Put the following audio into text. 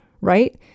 right